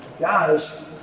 Guys